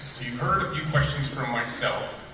you've heard a few questions from myself